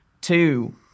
two